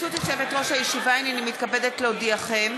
ברשות יושבת-ראש הישיבה, הנני מתכבדת להודיעכם,